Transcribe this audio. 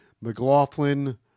McLaughlin